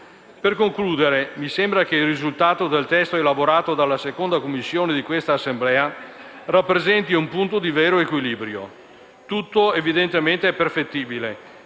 Per concludere, mi sembra che il risultato del testo elaborato dalla 2a Commissione del Senato rappresenti un punto di vero equilibrio. Tutto, evidentemente, è perfettibile,